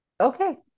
Okay